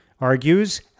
Argues